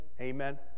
Amen